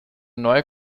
neue